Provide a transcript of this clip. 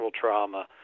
trauma